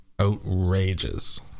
outrageous